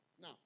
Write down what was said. Now